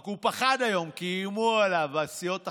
רק הוא פחד היום, כי איימו עליו הסיעות החרדיות,